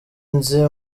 nzi